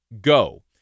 Go